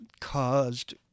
caused